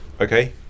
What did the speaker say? Okay